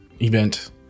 event